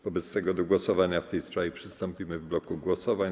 Wobec tego do głosowania w tej sprawie przystąpimy w bloku głosowań.